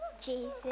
Jesus